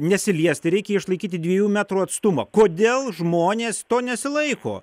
nesiliesti reikia išlaikyti dvejų metrų atstumą kodėl žmonės to nesilaiko